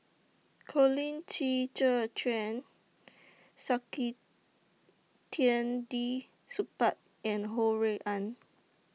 Colin Qi Zhe Quan Saktiandi Supaat and Ho Rui An